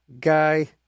guy